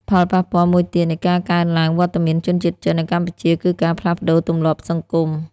ផលប៉ះពាល់មួយទៀតនៃការកើនឡើងវត្តមានជនជាតិចិននៅកម្ពុជា គឺការផ្លាស់ប្តូរទម្លាប់សង្គម។